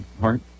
heart